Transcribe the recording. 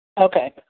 Okay